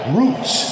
roots